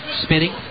spinning